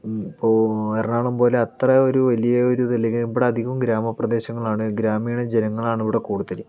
ഇപ്പോൾ എറണാകുളം പോലെ അത്ര ഒരു വലിയൊരു ഇതില്ലെങ്കിലും ഇവിടെ അധികവും ഗ്രാമപ്രദേശങ്ങളാണ് ഗ്രാമീണ ജനങ്ങളാണ് ഇവിടെ കൂടുതലും